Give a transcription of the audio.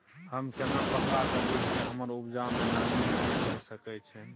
हम केना पक्का करियै कि हमर उपजा में नमी नय होय सके छै?